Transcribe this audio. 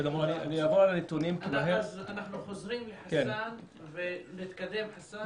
אנחנו חוזרים לחסאן ונתקדם, חסאן.